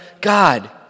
God